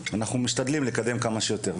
משתדלים לקדם כמה שיותר.